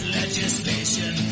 legislation